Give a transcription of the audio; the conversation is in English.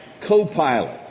co-pilot